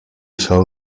fell